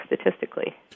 statistically